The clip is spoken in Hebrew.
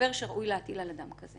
סובר שראוי להטיל על אדם כזה.